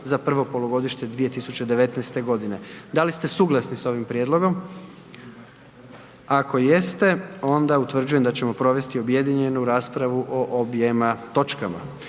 za prvo polugodište 2019.; Da li ste suglasni sa ovim prijedlogom? Ako jeste onda utvrđujem da ćemo provesti objedinjenu raspravu o objema točkama.